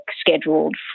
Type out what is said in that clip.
scheduled